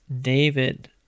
David